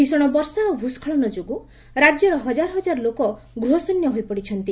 ଭୀଷଣ ବର୍ଷା ଓ ଭ୍ରସ୍କଳନ ଯୋଗୁଁ ରାଜ୍ୟର ହଜାର ହଜାର ଲୋକ ଗୃହଶୂନ୍ୟ ହୋଇପଡିଛନ୍ତି